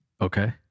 Okay